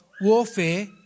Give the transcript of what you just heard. warfare